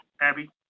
Abby